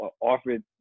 offered